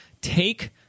take